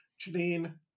Janine